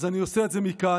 אז אני עושה את זה מכאן,